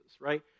right